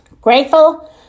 Grateful